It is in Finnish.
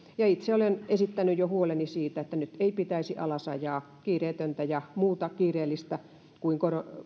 itse olen esittänyt jo huoleni siitä että nyt ei pitäisi alasajaa kiireetöntä ja muuta kiireellistä kuin